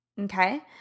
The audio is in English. Okay